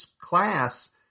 class